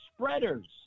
spreaders